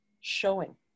showing